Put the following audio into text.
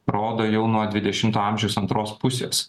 rodo jau nuo dvidešimto amžiaus antros pusės